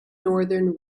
northern